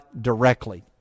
directly